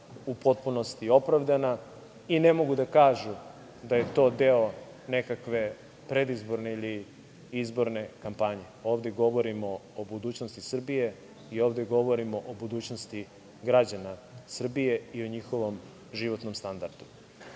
u potpunosti opravdana i ne mogu da kažu da je to deo nekakve predizborne ili izborne kampanje. Ovde govorimo o budućnosti Srbije i ovde govorimo o budućnosti građana Srbije i o njihovom životnom standardu. Dakle,